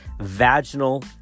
vaginal